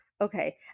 Okay